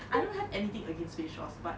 I don't have anything against fish sauce but